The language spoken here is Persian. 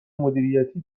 مدیریتی